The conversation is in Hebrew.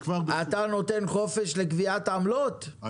משום שבנוסף לדברים שנאמרו, וכשיגיע תורי, אז